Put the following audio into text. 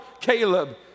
Caleb